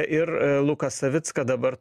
ir luką savicką dabar